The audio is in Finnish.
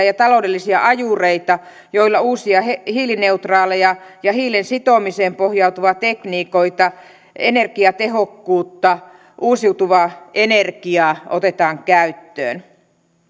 ja taloudellisia ajureita joilla uusia hiilineutraaleja ja hiilen sitomiseen pohjautuvia tekniikoita energiatehokkuutta uusiutuvaa energiaa otetaan käyttöön